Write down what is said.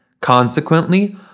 Consequently